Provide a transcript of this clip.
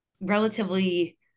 relatively